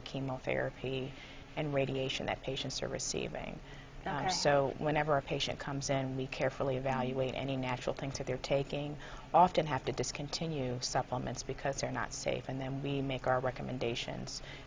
the chemotherapy and radiation that patients are receiving so whenever a patient comes in we carefully evaluate any natural things are they're taking often have to discontinue supplements because they're not safe and then we make our recommendations